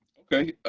okay,